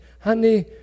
honey